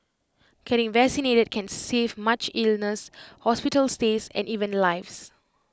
getting vaccinated can save much illness hospital stays and even lives